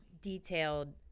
detailed